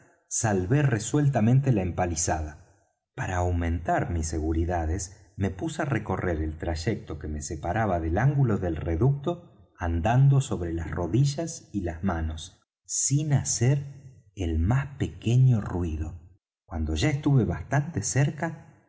salvé resueltamente la empalizada para aumentar mis seguridades me puse á recorrer el trayecto que me separaba del ángulo del reducto andando sobre las rodillas y las manos sin hacer el más pequeño ruido cuando ya estuve bastante cerca